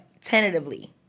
tentatively